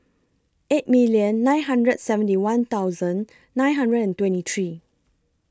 eight million nine hundred and seventy one thousand nine hundred and twenty three